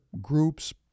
groups